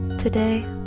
Today